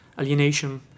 alienation